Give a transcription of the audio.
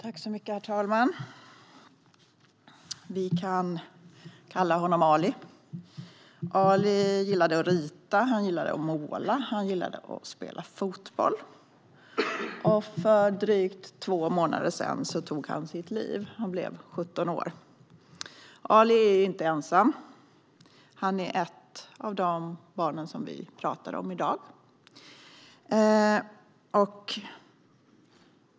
Herr talman! Vi kan kalla honom Ali. Ali gillade att rita och måla och att spela fotboll. För drygt två månader sedan tog han sitt liv. Han blev 17 år. Ali är inte ensam. Han är ett av de barn som vi talar om i dag.